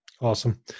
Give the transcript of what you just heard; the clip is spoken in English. Awesome